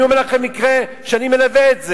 אני אומר לכם, מקרה שאני מלווה אותו.